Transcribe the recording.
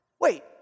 Wait